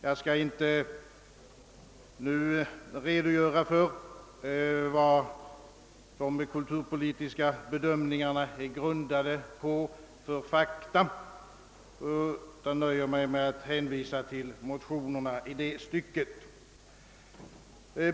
Jag skall inte nu redogöra för de fakta som de kulturpolitiska bedömningarna är grundade på; jag nöjer mig med att i det stycket hänvisa till motionerna.